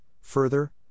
further